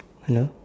hello